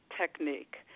technique